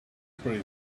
pretty